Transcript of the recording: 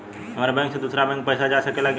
हमारे बैंक से दूसरा बैंक में पैसा जा सकेला की ना?